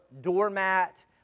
doormat